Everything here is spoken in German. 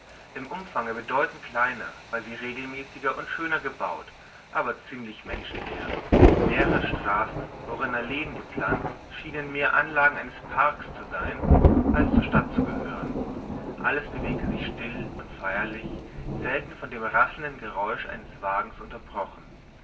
im umfange bedeutend kleiner war sie regelmäßiger und schöner gebaut aber ziemlich menschenleer mehrere straßen worin alleen gepflanzt schienen mehr anlagen eines parks zu sein als zur stadt zu gehören alles bewegte sich still und feierlich selten von dem rasselnden geräusch eines wagens unterbrochen